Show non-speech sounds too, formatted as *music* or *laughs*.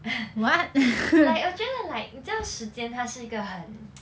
*laughs* like 我觉得 like 你知道时间它是一个很 *noise*